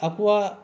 ᱟᱠᱚᱣᱟᱜ